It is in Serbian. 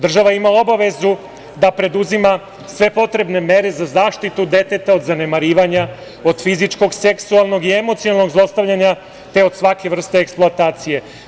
Država ima obavezu da preduzima sve potrebne mere za zaštitu deteta od zanemarivanja, od fizičkog, seksualnog i emocionalnog zlostavljanja, te od svake vrste eksploatacije.